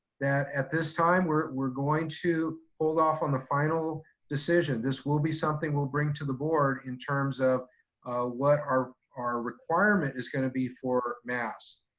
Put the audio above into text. that at this time, we're we're going to hold off on the final decision. this will be something we'll bring to the board in terms of what our our requirement is going to be for masks.